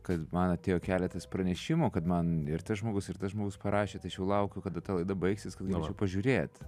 kad man atėjo keletas pranešimų kad man ir tas žmogus ir tas žmogus parašė tai aš jau laukiu kada ta laida baigsis kad galėčiau pažiūrėt